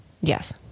Yes